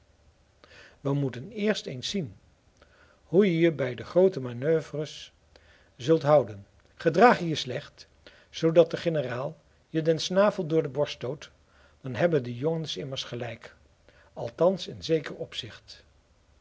we moeten eerst eens zien hoe je je bij de groote manoeuvres zult houden gedraag je je slecht zoodat de generaal je den snavel door de borst stoot dan hebben de jongens immers gelijk althans in een zeker opzicht